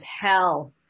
hell